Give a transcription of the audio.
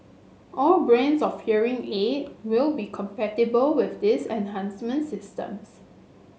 all brands of hearing aid will be compatible with these enhancement systems